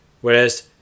whereas